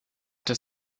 das